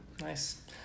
Nice